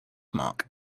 mark